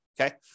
okay